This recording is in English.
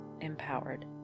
empowered